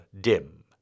dim